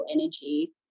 energy